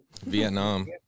Vietnam